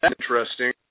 interesting